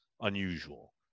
unusual